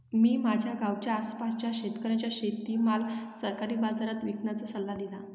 मी माझ्या गावाच्या आसपासच्या शेतकऱ्यांना शेतीमाल सरकारी बाजारात विकण्याचा सल्ला दिला